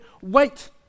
wait